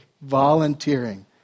volunteering